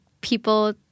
people